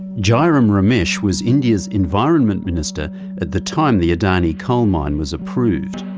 jairem ramesh was india's environment minister at the time the adani coal mine was approved.